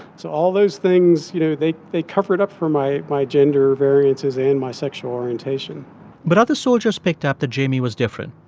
so all of those things, you know, they they covered up for my my gender variances and my sexual orientation but other soldiers picked up that jamie was different.